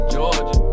Georgia